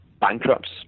bankrupts